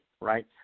right